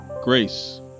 grace